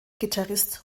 gitarrist